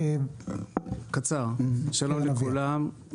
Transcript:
שלום לכולם,